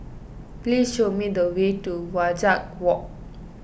please show me the way to Wajek Walk